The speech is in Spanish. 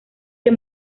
que